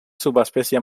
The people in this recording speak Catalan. subespècie